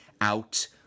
out